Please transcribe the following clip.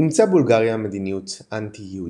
אימצה בולגריה מדיניות אנטי-יהודית.